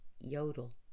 yodel